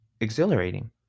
exhilarating